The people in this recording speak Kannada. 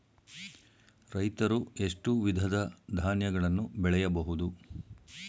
ರೈತರು ಎಷ್ಟು ವಿಧದ ಧಾನ್ಯಗಳನ್ನು ಬೆಳೆಯಬಹುದು?